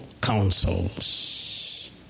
counsels